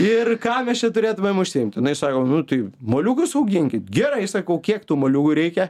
ir ką mes čia turėtumėm užsiimti jinai sako nu tai moliūgus auginkit gerai sakau kiek tų moliūgų reikia